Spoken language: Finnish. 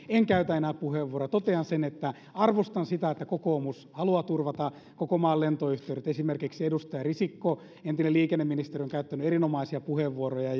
en käytä enää puheenvuoroa totean sen että arvostan sitä että kokoomus haluaa turvata koko maan lentoyhteydet esimerkiksi edustaja risikko entinen liikenneministeri on käyttänyt erinomaisia puheenvuoroja